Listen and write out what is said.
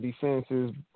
defenses